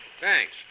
Thanks